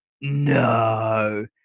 No